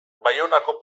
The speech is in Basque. baionako